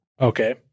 Okay